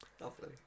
Lovely